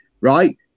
right